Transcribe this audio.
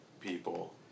people